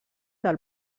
del